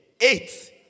eight